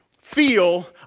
feel